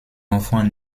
enfants